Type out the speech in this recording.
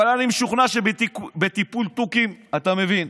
אבל אני משוכנע שבטיפול בתוכים אתה מבין.